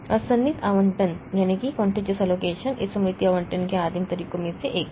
और सन्निहित आवंटन इस स्मृति आवंटन के आदिम तरीकों में से एक है